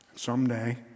Someday